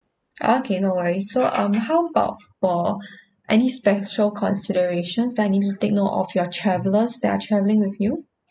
okay no worries so um how about for any special considerations that I need to take note of your travellers that are travelling with you